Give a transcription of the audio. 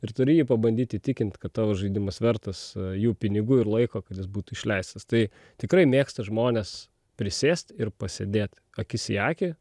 ir turi jį pabandyt įtikint kad tavo žaidimas vertas jų pinigų ir laiko kad jis būtų išleistas tai tikrai mėgsta žmonės prisėst ir pasėdėt akis į akį